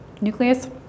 nucleus